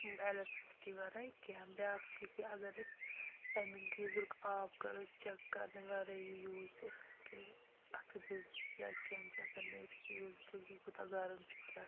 electricity وَرٲے کیٚنٛہہ بیٛاکھ چھُ یہِ کہِ اگر أسۍ تمیُک گیٖزرُک آب کَرو چیٚک کَرنہٕ وَرٲیی یوٗز تہٕ اسہِ ہیٚکہِ اَتھہٕ دٔزِتھ یا کیٚنٛہہ اگر نہٕ أسۍ وُچھو کہِ یہِ کوٗتاہ گَرم چھُ کیٛاہ چھُ